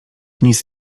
nic